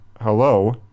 Hello